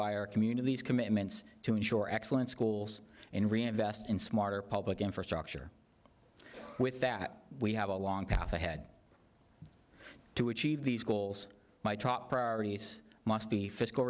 by our community's commitments to insure excellent schools and reinvest in smarter public infrastructure with that we have a long path ahead to achieve these goals my top priorities must be fiscal